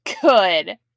good